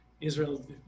israel